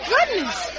Goodness